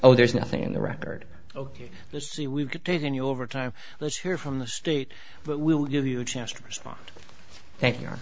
oh there's nothing in the record ok let's see we've taken you over time let's hear from the state but we'll give you a chance to respond thank you